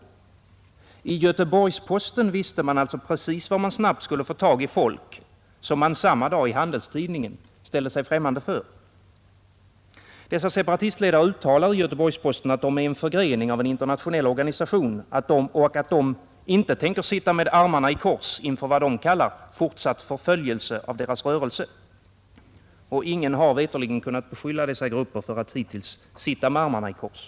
Enligt Göteborgs-Posten visste man alltså var man snabbt skulle få tag i folk som man samma dag i Handelstidningen ställt sig främmande för. Dessa separatistledare uttalade i Göteborgs-Posten att de är en förgrening av en internationell organisation och att de inte tänker sitta med armarna i kors inför vad de kallar ”fortsatt förföljelse av deras rörelse”. Ingen har verkligen kunnat beskylla dessa grupper för att hittills ha suttit med armarna i kors.